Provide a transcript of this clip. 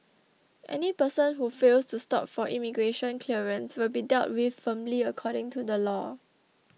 any person who fails to stop for immigration clearance will be dealt with firmly according to the law